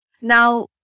Now